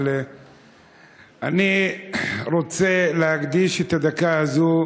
אבל אני רוצה להקדיש את הדקה הזאת